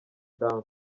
down